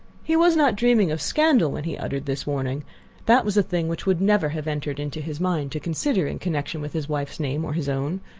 he was not dreaming of scandal when he uttered this warning that was a thing which would never have entered into his mind to consider in connection with his wife's name or his own.